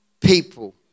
people